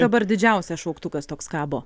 dabar didžiausias šauktukas toks kabo